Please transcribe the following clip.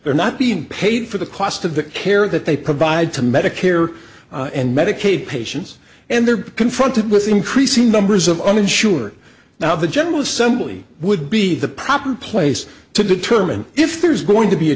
they're not being paid for the cost of the care that they provide to medicare and medicaid patients and their confronted with increasing numbers of uninsured now the general assembly would be the proper place to determine if there's going to be a